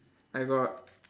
I got